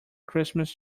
christmas